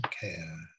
care